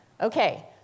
Okay